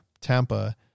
Tampa